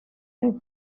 make